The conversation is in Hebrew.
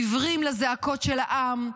עיוורים לזעקות של העם,